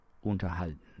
unterhalten